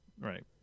Right